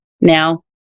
now